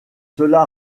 cela